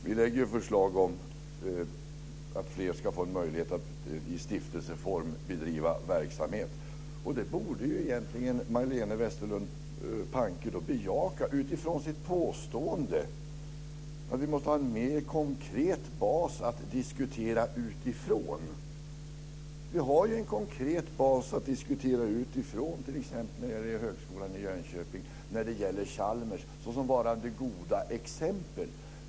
Vi lägger fram förslag om att fler ska få en möjlighet att i stiftelseform bedriva verksamhet, och det borde egentligen Majléne Westerlund Panke bejaka med tanke på hennes påstående att vi måste ha en mer konkret bas att diskutera utifrån. Vi har en konkret bas att diskutera utifrån t.ex. när det gäller Högskolan i Jönköping och Chalmers, såsom varande goda exempel.